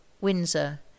Windsor